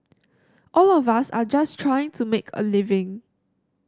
all of us are just trying to make a living